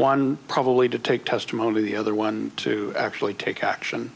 one probably to take testimony the other one to actually take action